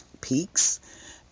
peaks